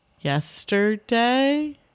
yesterday